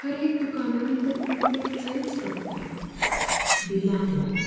हर एक कामांनी तुका प्रिंटर जायच पडटा बिलाक लागून